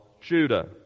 Judah